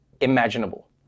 imaginable